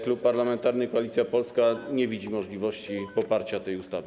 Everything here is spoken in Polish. Klub Parlamentarny Koalicja Polska nie widzi możliwości poparcia tej ustawy.